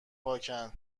پاکن